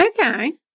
Okay